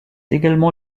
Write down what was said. également